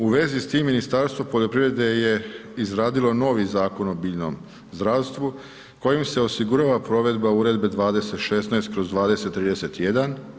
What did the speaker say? U vezi s tim Ministarstvo poljoprivrede je izradilo novi Zakon o biljnom zdravstvu kojim se osigurava provedba Uredbe 2016/